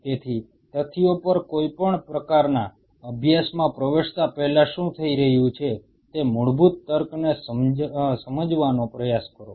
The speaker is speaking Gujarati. તેથી તથ્યો પર કોઈપણ પ્રકારના અભ્યાસમાં પ્રવેશતા પહેલા શું થઈ રહ્યું છે તે મૂળભૂત તર્કને સમજવાનો પ્રયાસ કરો